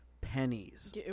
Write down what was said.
pennies